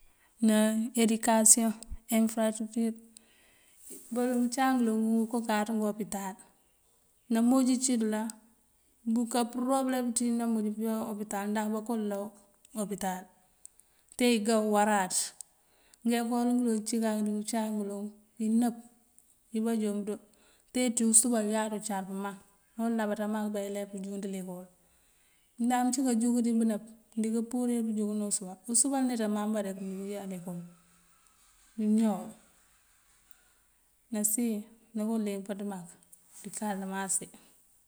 Ná edikasiyon, enfërasëţiţir. Baloŋ ngëcak ngëloŋ ngëko káaţ opital namoj cídul á buka përobëlem pëţíj namoj pëyá opital ndah bako law opital te igá waraţ. Ngë ekol ngëloŋ cíkak dí ngëcáak ngëloŋ inëp yiba doon bëdo te ţí usúbal jáaţ ucar pëman ewúlabaţën mak bá eleev pëjúun ekol. Ndah mëncí këjúk dí bënëp mëndí këpurir pëjúk ná usúbal, usúbal neţe mamba mëndí këyá ekol iñoow. Nasiyën nako leempaţ mak ţí kasamans ţí.